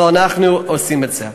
אבל אנחנו עושים את זה.